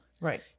right